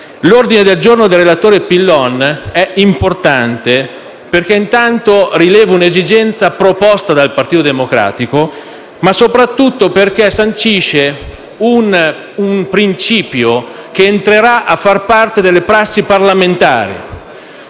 l'ordine del giorno del relatore è importante perché rileva un'esigenza proposta dal Partito Democratico e perché soprattutto sancisce un principio che entrerà a far parte delle prassi parlamentari.